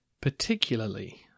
particularly